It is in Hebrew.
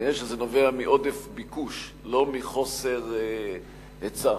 כנראה זה נובע מעודף ביקוש, ולא מחוסר היצע.